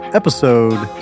episode